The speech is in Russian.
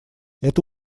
это